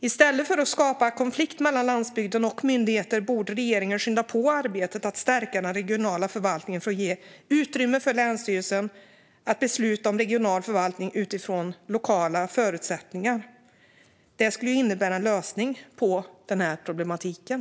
I stället för att skapa konflikt mellan landsbygden och myndigheter borde regeringen skynda på arbetet med att stärka den regionala förvaltningen för att ge utrymme för länsstyrelserna att besluta om regional förvaltning utifrån lokala förutsättningar. Detta skulle innebära en lösning på problematiken.